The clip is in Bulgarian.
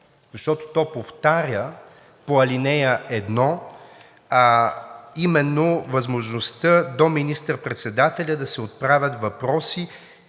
защото то повтаря по ал. 1 именно възможността до министър-председателя да се отправят въпроси,